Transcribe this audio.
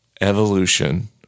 evolution